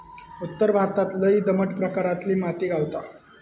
उत्तर भारतात लय दमट प्रकारातली माती गावता